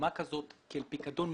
לתרומה כזאת כאל פיקדון,